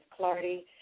Clardy